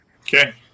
Okay